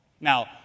Now